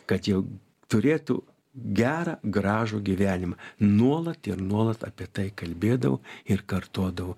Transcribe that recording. kad jau turėtų gerą gražų gyvenimą nuolat ir nuolat apie tai kalbėdavau ir kartodavau